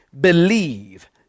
Believe